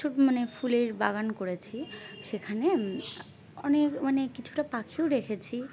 ছোটো মানে ফুলের বাগান করেছি সেখানে অনেক অনেক ছোটো পাখিও রেখেছি